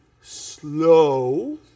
slow